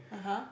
(uh huh)